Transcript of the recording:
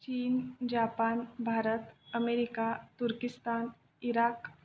चीन Japan Bharat America तुर्किस्तान Iraq